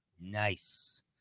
Nice